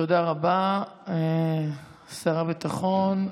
תודה רבה, שר הביטחון.